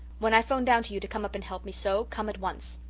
when i phone down to you to come up and help me sew come at once.